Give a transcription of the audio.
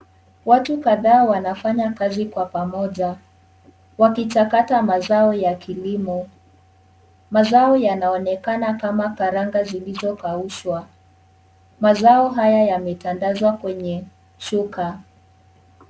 Watu kadha wanafanya kazi kwa pamoja, wakichakata mazao ya kilimo. Mazao yanaonekana kama karanga zilizo kaushwa, mazao haya yametandazwa kwenye shuka.